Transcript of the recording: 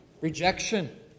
rejection